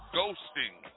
ghosting